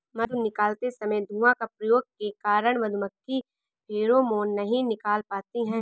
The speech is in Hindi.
मधु निकालते समय धुआं का प्रयोग के कारण मधुमक्खी फेरोमोन नहीं निकाल पाती हैं